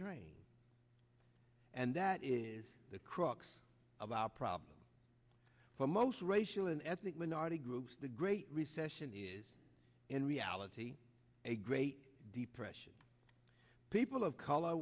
train and that is the crux of our problem for most racial and ethnic minority groups the great recession is in reality a great depression people of color